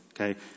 okay